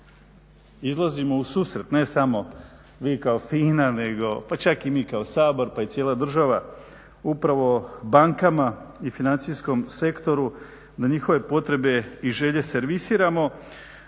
izlazimo u susret ne samo vi kao FINA, nego pa čak i mi kao Sabor, pa i cijela država upravo bankama i financijskom sektoru da njihove potrebe i želje servisiramo.